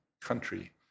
country